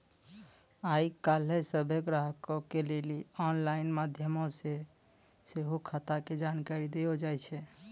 आइ काल्हि सभ्भे ग्राहको के लेली आनलाइन माध्यमो से सेहो खाता के जानकारी देलो जाय छै